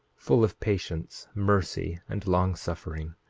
full of patience, mercy, and long-suffering,